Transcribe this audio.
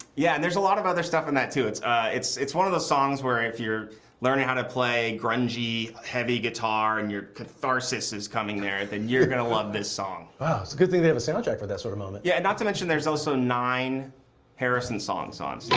yeah. and there's a lot of other stuff in that too. it's it's one of the songs where if you're learning how to play grungy, heavy guitar, and you're catharsis is coming there, then you're going to love this song. wow. it's a good thing they have a soundtrack for that sort of moment. yeah. not to mention there's also nine harrison songs on.